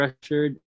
pressured